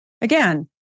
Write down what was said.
again